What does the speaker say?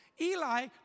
Eli